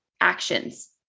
actions